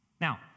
Now